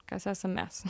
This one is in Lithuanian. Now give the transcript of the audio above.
kas esam mes